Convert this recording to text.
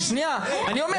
שנייה,